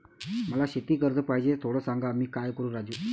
मला शेती कर्ज पाहिजे, थोडं सांग, मी काय करू राजू?